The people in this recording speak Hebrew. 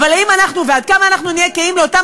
אבל האם אנחנו ועד כמה אנחנו נהיה קהים לאותם